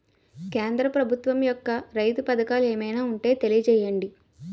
కేంద్ర ప్రభుత్వం యెక్క రైతు పథకాలు ఏమైనా ఉంటే తెలియజేయండి?